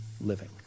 living